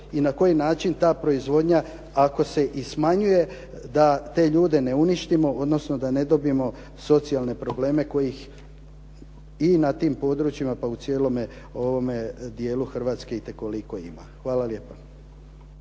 i na koji način ta proizvodnja, ako se i smanjuje da te ljude ne uništimo, odnosno da ne dobijemo socijalne probleme kojih i na tim područjima, pa i u cijelome ovome dijelu Hrvatske itekoliko ima. Hvala lijepa.